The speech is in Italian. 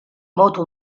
moto